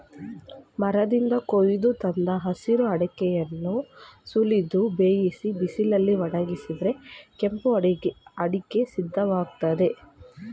ಮರದಿಂದ ಕೊಯ್ದು ತಂದ ಹಸಿರು ಅಡಿಕೆಯನ್ನು ಸುಲಿದು ಬೇಯಿಸಿ ಬಿಸಿಲಲ್ಲಿ ಒಣಗಿಸಿದರೆ ಕೆಂಪು ಅಡಿಕೆ ಸಿದ್ಧವಾಗ್ತದೆ